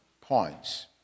points